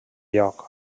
lloc